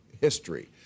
history